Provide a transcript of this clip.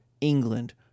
England